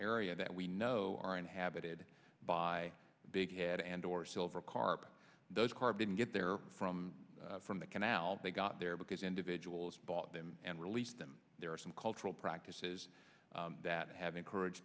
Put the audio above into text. area that we know are inhabited by big head and or silver carp those card didn't get there from from the canal they got there because individuals bought them and released them there are some cultural practices that have encourage